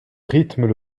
rythment